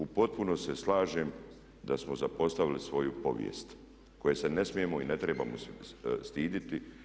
U potpunosti se slažem da smo zapostavili svoju povijest koje se ne smijemo i ne trebamo stiditi.